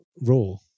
role